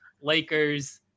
Lakers